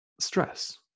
stress